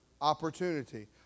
Opportunity